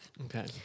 Okay